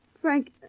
Frank